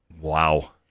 Wow